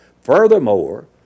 Furthermore